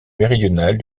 méridionale